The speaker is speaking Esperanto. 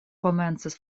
komencas